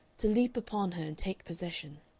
to leap upon her and take possession.